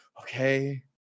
okay